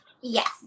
Yes